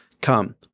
Come